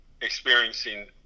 experiencing